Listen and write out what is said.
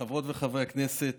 חברות וחברי הכנסת,